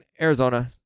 Arizona